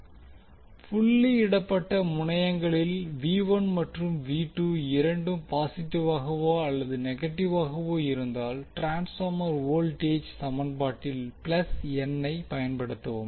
• புள்ளியிடப்பட்ட முனையங்களில் மற்றும் இரண்டும் பாஸிட்டிவாகவோ அல்லது நெகட்டிவாகவோ இருந்தால் ட்ரான்ஸ்பார்மர் வோல்டேஜ் சமன்பாட்டில் n ஐப் பயன்படுத்தவும்